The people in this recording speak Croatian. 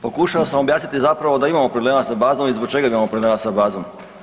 Pokušao sam objasniti zapravo da imamo problema sa bazom i zbog čega imamo problema sa bazom.